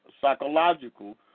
psychological